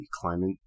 climate